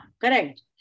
correct